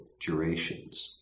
durations